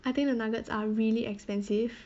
I think the nuggets are really expensive